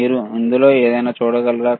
మీరు ఇందులో ఏదైనా చూడగలరా